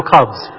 Cubs